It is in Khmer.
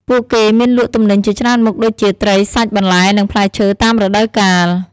ពួកគេមានលក់ទំនិញជាច្រើនមុខដូចជា ត្រី សាច់ បន្លែ និងផ្លែឈើតាមរដូវកាល។